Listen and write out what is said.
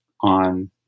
on